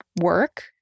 work